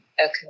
Okay